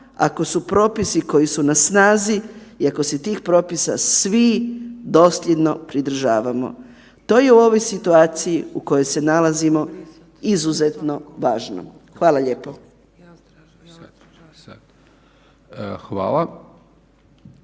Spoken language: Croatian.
ako su propisi koji su na snazi i ako se tih propisa svi dosljedno pridržavamo. To je u ovoj situaciji u kojoj se nalazimo izuzetno važno. Hvala lijepo. **Hajdaš